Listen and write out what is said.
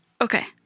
Okay